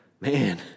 Man